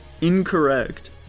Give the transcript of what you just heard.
Incorrect